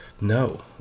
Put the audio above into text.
No